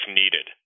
needed